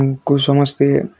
ଙ୍କୁ ସମସ୍ତେ